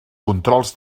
controls